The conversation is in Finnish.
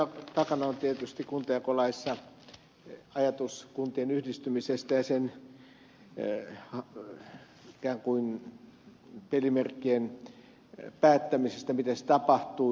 tämän takana on tietysti kuntajakolaissa ajatus kuntien yhdistymisestä ja ikään kuin sen pelimerkkien päättämisestä miten se tapahtuu